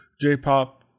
J-pop